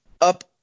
up